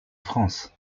france